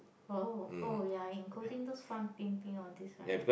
!wow! oh yeah including these farm thing thing all these right